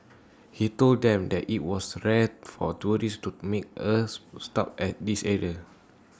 he told them that IT was rare for tourists to make A stop at this area